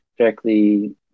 directly